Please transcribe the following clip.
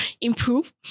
improve